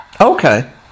Okay